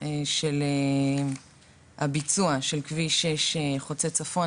של כביש 6 חוצה צפון,